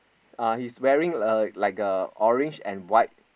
uh he's wearing a like a orange and white